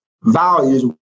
values